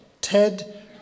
Ted